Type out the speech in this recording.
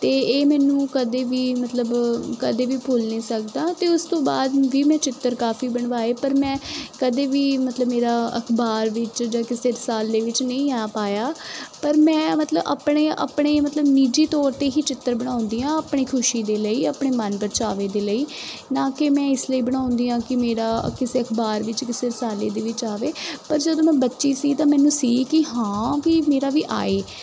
ਅਤੇ ਇਹ ਮੈਨੂੰ ਕਦੇ ਵੀ ਮਤਲਬ ਕਦੇ ਵੀ ਭੁੱਲ ਨਹੀਂ ਸਕਦਾ ਅਤੇ ਉਸ ਤੋਂ ਬਾਅਦ ਵੀ ਮੈਂ ਚਿੱਤਰ ਕਾਫੀ ਬਣਵਾਏ ਪਰ ਮੈਂ ਕਦੇ ਵੀ ਮਤਲਬ ਮੇਰਾ ਅਖਬਾਰ ਵਿੱਚ ਜਾਂ ਕਿਸੇ ਰਸਾਲੇ ਵਿੱਚ ਨਹੀਂ ਆ ਪਾਇਆ ਪਰ ਮੈਂ ਮਤਲਬ ਆਪਣੇ ਆਪਣੇ ਮਤਲਬ ਨਿੱਜੀ ਤੌਰ 'ਤੇ ਹੀ ਚਿੱਤਰ ਬਣਾਉਂਦੀ ਹਾਂ ਆਪਣੇ ਖੁਸ਼ੀ ਦੇ ਲਈ ਆਪਣੇ ਮਨਪਰਚਾਵੇ ਦੇ ਲਈ ਨਾ ਕਿ ਮੈਂ ਇਸ ਲਈ ਬਣਾਉਂਦੀ ਆ ਕਿ ਮੇਰਾ ਕਿਸੇ ਅਖਬਾਰ ਵਿੱਚ ਕਿਸੇ ਰਸਾਲੇ ਦੇ ਵਿੱਚ ਆਵੇ ਪਰ ਜਦੋਂ ਮੈਂ ਬੱਚੀ ਸੀ ਤਾਂ ਮੈਨੂੰ ਸੀ ਕਿ ਹਾਂ ਕਿ ਮੇਰਾ ਵੀ ਆਏ